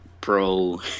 pro